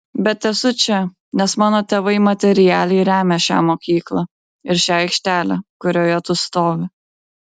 bet esu čia nes mano tėvai materialiai remia šią mokyklą ir šią aikštelę kurioje tu stovi